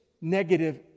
negative